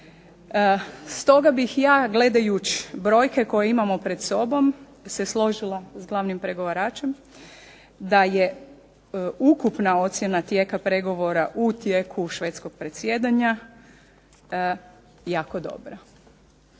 Stoga bih ja, gledajući brojke koje imamo pred sobom, se složila s glavnim pregovaračem da je ukupna ocjena tijeka pregovora u tijeku švedskog predsjedanja jako dobra.